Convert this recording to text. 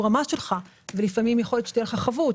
המס שלך ולפעמים יכול להיות שתהיה לך חבות.